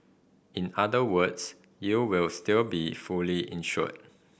in other words you will still be fully insured